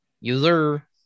user